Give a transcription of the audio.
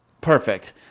Perfect